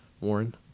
Warren